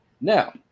Now